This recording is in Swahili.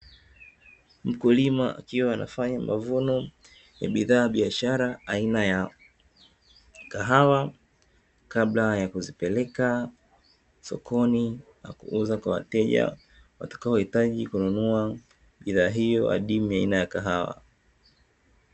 Mkulima akiwa anafanya mavuno ya bidhaa ya biashara aina ya kahawa, kabla ya kuzipeleka sokoni na kuuza kwa wateja watakaohitaji kununua bidhaa hiyo adimu ya aina ya kahawa.